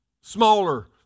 smaller